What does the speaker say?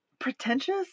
pretentious